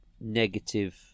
negative